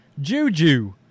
Juju